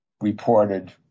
reported